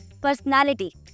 personality